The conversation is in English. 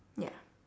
ya